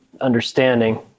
understanding